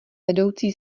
vedoucí